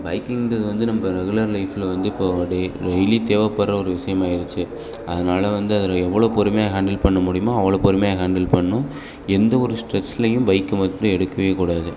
பைக்கிங்கிறது வந்து நம்ப ரெகுலர் லைஃபில் வந்து இப்போது டே டெய்லி தேவைப்பட்ற ஒரு விஷயமாயிருச்சு அதனால் வந்து அதில் எவ்வளோ பொறுமையாக ஹேண்டில் பண்ண முடியுமோ அவ்வளோ பொறுமையாக ஹேண்டில் பண்ணணும் எந்த ஒரு ஸ்ட்ரெஸ்லையும் பைக்கு மட்டும் எடுக்கவே கூடாது